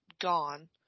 gone